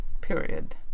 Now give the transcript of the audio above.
Period